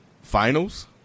finals